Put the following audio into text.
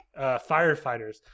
firefighters